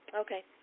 Okay